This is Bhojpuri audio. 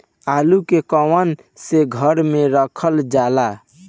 आलू के कवन से घर मे रखल जाला?